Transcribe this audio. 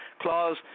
clause